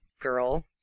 Girl